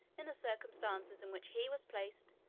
in the circumstances in which he was placed,